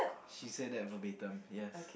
she said that verbatim yes